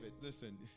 listen